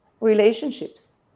relationships